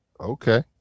Okay